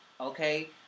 okay